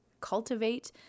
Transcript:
cultivate